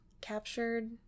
captured